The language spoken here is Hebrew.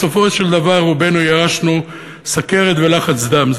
בסופו של דבר רובנו ירשנו סוכרת ולחץ דם.